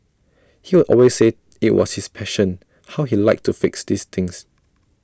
he would always say IT was his passion how he liked to fix these things